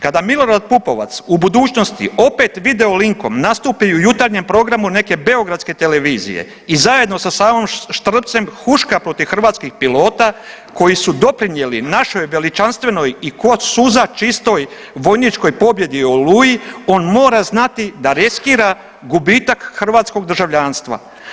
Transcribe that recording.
Kada Milorad Pupovac u budućnosti opet videolinkom nastupi u jutarnjem programu neke beogradske televizije i zajedno sa Savom Štrbcem huška protiv hrvatskih pilota koji su doprinijeli našoj veličanstvenoj i k'o suza čistoj vojničkoj pobjedi u Oluji, on mora znati da reskira gubitak hrvatskog državljanstva.